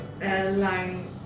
airline